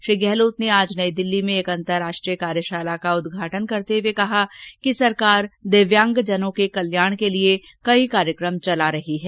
श्री गहलोत ने आज नई दिल्ली में एक अंतरराष्ट्रीय कार्यशाला का उदघाटन करते हुए कहा कि सरकार दिव्यांगजनों के कल्याण के लिए कई कार्यक्रम चला रही है